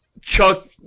Chuck